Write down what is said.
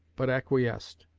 but acquiesced.